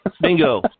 Bingo